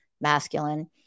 masculine